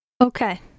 Okay